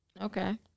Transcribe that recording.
Okay